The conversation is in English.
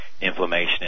inflammation